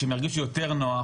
כשהם ירגישו יותר נוח,